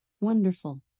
Wonderful